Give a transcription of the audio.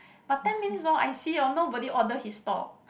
but ten minutes hor I see hor nobody order his stall